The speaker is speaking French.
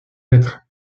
être